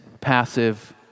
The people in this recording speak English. passive